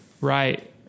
Right